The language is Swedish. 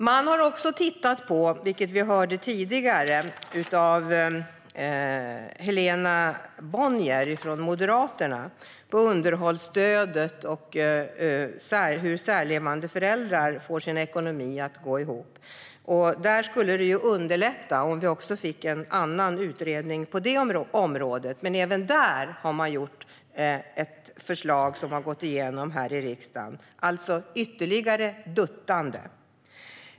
Man har också, vilket vi hörde tidigare av Helena Bonnier från Moderaterna, tittat på underhållsstödet och hur särlevande föräldrar får sin ekonomi att gå ihop. Det skulle underlätta om vi fick en annan utredning på det området, men även där har man lagt fram ett förslag som har gått igenom här i riksdagen - ytterligare duttande.